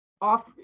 off